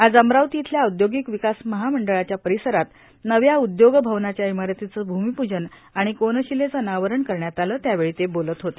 आज अमरावती इथल्या औद्योगिक विकास महामंडळाच्या परिसरात नव्या उद्योग भवनाच्या इमारतीचं भूमिपूजन आणि कोनशिलेचं अनावरण करण्यात आलं त्यावेळी ते बोलत होते